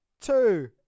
Two